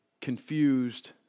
confused